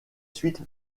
suites